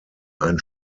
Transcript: ein